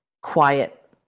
quiet